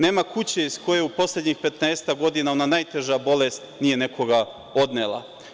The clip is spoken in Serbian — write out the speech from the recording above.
Nema kuće iz koje u poslednjih 15-ak godina ona najteža bolest nije nekoga odnela.